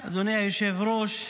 היושב-ראש,